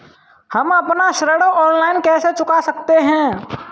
हम अपना ऋण ऑनलाइन कैसे चुका सकते हैं?